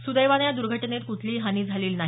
सुदैवाने या दुर्घटनेत कुठलीही हानी झालेली नाही